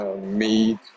meat